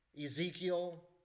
Ezekiel